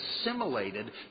assimilated